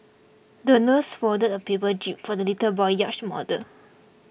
the nurse folded a paper jib for the little boy's yacht model